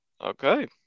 Okay